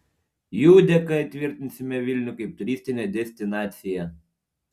jų dėka įtvirtinsime vilnių kaip turistinę destinaciją